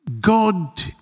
God